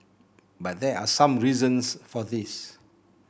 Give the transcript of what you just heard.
but there are some reasons for this